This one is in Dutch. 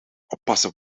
oppassen